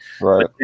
Right